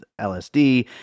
LSD